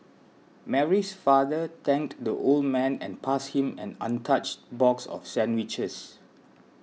Mary's father thanked the old man and passed him an untouched box of sandwiches